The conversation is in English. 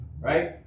Right